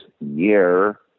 year